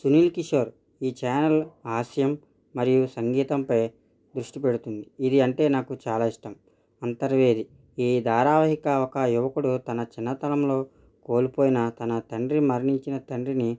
సునీల్ కిషోర్ ఈ ఛానల్ హాస్యం మరియు సంగీతంపై దృష్టి పెడుతుంది ఇది అంటే నాకు చాలా ఇష్టం అంతర్వేది ఈ ధారావాహిక ఒక యువకుడు తన చిన్నతనంలో కోల్పోయిన తన తండ్రి మరణించిన తండ్రిని